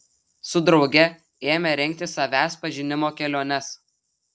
su drauge ėmė rengti savęs pažinimo keliones